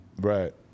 Right